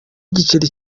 igiceri